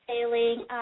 sailing